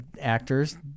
actors